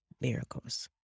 Miracles